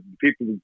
people